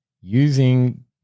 using